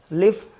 live